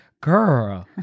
girl